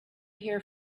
here